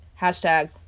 hashtag